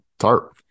tarp